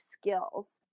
skills